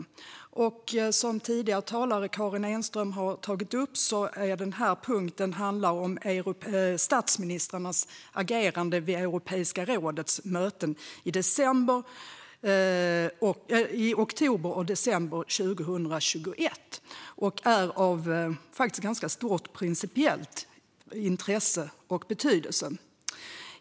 Som den tidigare talaren Karin Enström har tagit upp handlar den här punkten om statsministrarnas agerande vid Europeiska rådets möten i oktober och december 2021 och är av faktiskt ganska stort principiellt intresse.